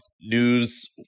news